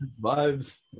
vibes